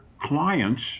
clients